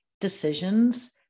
decisions